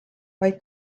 vaid